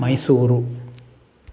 Mysuru